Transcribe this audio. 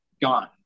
gone